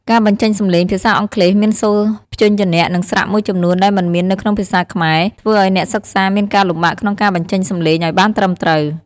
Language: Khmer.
ការបញ្ចេញសំឡេង ភាសាអង់គ្លេសមានសូរព្យញ្ជនៈ និងស្រៈមួយចំនួនដែលមិនមាននៅក្នុងភាសាខ្មែរ ធ្វើឱ្យអ្នកសិក្សាមានការលំបាកក្នុងការបញ្ចេញសំឡេងឱ្យបានត្រឹមត្រូវ។